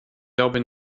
glaube